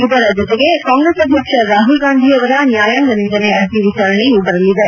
ಇದರ ಜೊತೆಗೆ ಕಾಂಗ್ರೆಸ್ ಅಧ್ಯಕ್ಷ ರಾಹುಲ್ಗಾಂಧಿ ಅವರ ನ್ಯಾಯಾಂಗ ನಿಂದನೆ ಅರ್ಜಿ ವಿಚಾರಣೆಯೂ ಬರಲಿದೆ